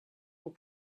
pour